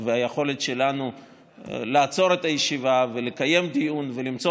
היכולת שלנו לעצור את הישיבה ולקיים דיון ולמצוא